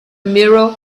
mirror